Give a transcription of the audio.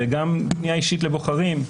וגם בפנייה אישית לבוחרים,